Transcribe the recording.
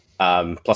Plus